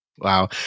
Wow